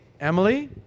Emily